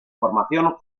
formación